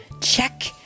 check